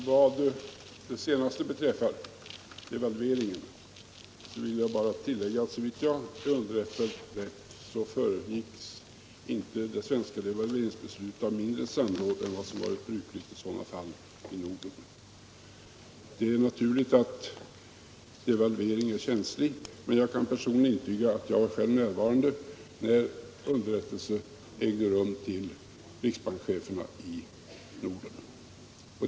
Herr talman! Vad beträffar devalveringen vill jag bara tillägga att såvitt jag är riktigt underrättad föregicks inte det svenska devalveringsbeslutet av mindre samråd än vad som tidigare varit brukligt i sådana fall i Norden. Det är naturligt att frågor om devalveringar är känsliga; jag kan dock intyga att jag var närvarande när information lämnades till riksbankseheferna i Norden.